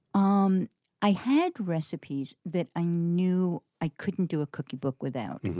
um i had recipes that i knew i couldn't do a cookie book without.